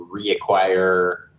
reacquire